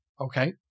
Okay